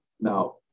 Now